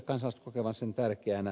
kansalaiset kokevat sen tärkeänä